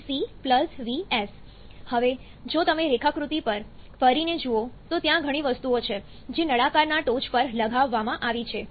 Vt Vc Vs હવે જો તમે રેખાકૃતિ પર ફરીને જુઓ તો ત્યાં ઘણી વસ્તુઓ છે જે નળાકારના ટોચ પર લગાવવામાં આવી છે